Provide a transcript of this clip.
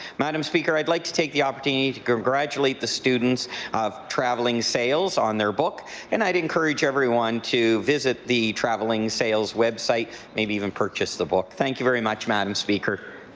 madam speaker i like to take the opportunity to congratulate the students of travelling sales on their book and i would encourage everyone to visit the travelling sales website maybe even purchase the book. thank you very much madam speaker.